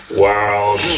world